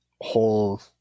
whole